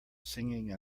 singing